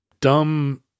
dumb